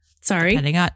Sorry